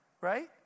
Right